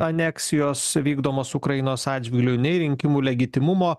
aneksijos vykdomos ukrainos atžvilgiu nei rinkimų legitimumo